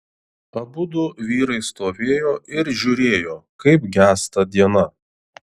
abudu vyrai stovėjo ir žiūrėjo kaip gęsta diena